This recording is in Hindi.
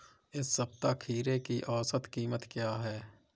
इस सप्ताह खीरे की औसत कीमत क्या है?